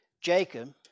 Jacob